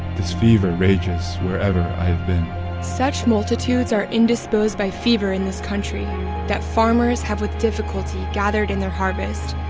this fever rages wherever i've been such multitudes are indisposed by fever in this country that farmers have, with difficulty, gathered in their harvest,